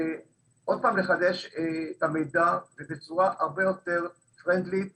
האם אפשר לבקש לחדש שוב את המידע בצורה הרבה יותר ידידותית